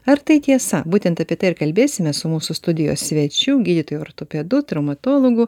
ar tai tiesa būtent apie tai ir kalbėsime su mūsų studijos svečių gydytoju ortopedu traumatologu